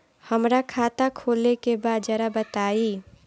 हमरा खाता खोले के बा जरा बताई